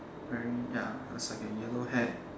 wearing ya looks like a yellow hat